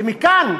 ומכאן,